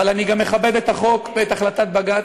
אבל אני גם מכבד את החוק ואת החלטת בג"ץ.